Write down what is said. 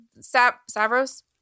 Savros